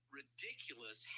ridiculous